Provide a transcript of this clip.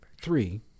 Three